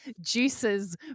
juices